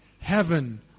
Heaven